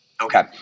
Okay